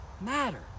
matter